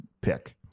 pick